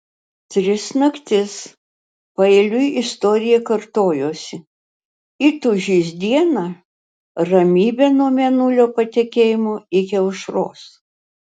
tris naktis paeiliui istorija kartojosi įtūžis dieną ramybė nuo mėnulio patekėjimo iki aušros